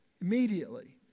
Immediately